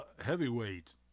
Heavyweight